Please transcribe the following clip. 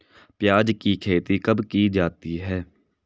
प्याज़ की खेती कब की जाती है?